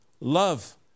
love